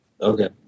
Okay